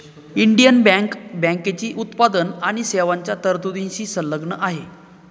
Indian bank बँकेची उत्पादन आणि सेवांच्या तरतुदींशी संलग्न आहे